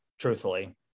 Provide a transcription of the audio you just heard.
truthfully